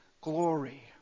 glory